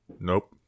Nope